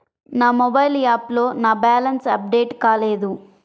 నా మొబైల్ యాప్లో నా బ్యాలెన్స్ అప్డేట్ కాలేదు